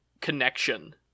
connection